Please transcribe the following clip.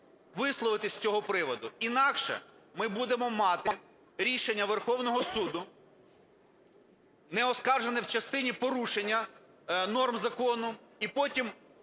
висловитись з цього приводу, інакше ми будемо мати рішення Верховного Суду, не оскаржене в частині порушення норм закону. І потім